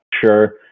sure